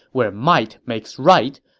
where might makes right,